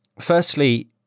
firstly